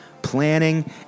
Planning